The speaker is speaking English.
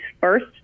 first